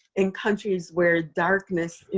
in countries where darkness,